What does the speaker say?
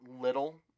little